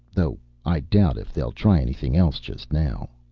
though i doubt if they'll try anything else just now.